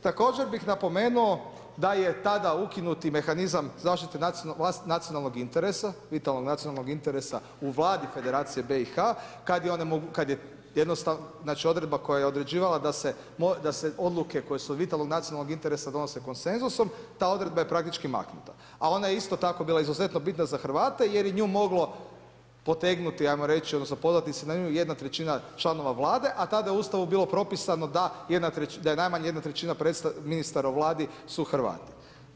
Također bih napomenuo da je tada ukinuti mehanizam zaštite nacionalnog interesa, vitalnog nacionalnog interesa u Vladi Federacije BiH kad je, znači odredba koja je određivala da se odluke koje su od vitalnog nacionalnog interesa donose koncensusom, ta odredba je praktički maknuta, a ona je isto tako bila izuzetno bitna za Hrvate jer je nju moglo potegnuti ajmo reći, odnosno pozvati se na nju jedna trećina članova Vlade, a tada je u Ustavu bilo propisano da jedna trećina, da je najmanje jedna trećina ministara u Vladi su Hrvati.